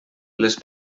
les